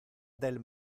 del